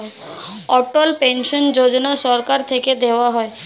অটল pension Yojana সরকার থেকে দেওয়া হয়